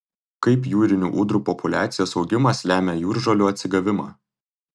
kaip jūrinių ūdrų populiacijos augimas lemia jūržolių atsigavimą